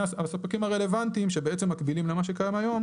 הספקים הרלוונטיים שבעצם מקבילים למה שקיים היום,